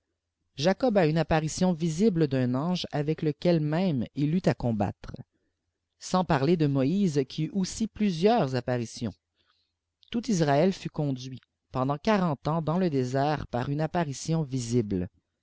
jacob a une japparitipn visible d'un ange avec lequel même il eijt à combattre sans parler de moïse qui eut aussi plusieurs apparitions tout israël fui conduit pendant quarante ans dans le désert pm une ilpparition visible